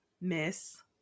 Miss